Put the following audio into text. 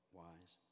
wise